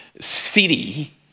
city